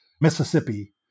Mississippi